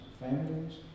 Families